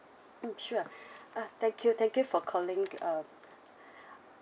mm sure uh thank you thank you for calling uh